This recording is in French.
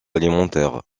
alimentaires